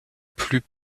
plus